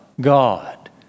God